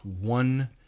one